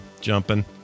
jumping